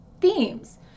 themes